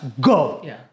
go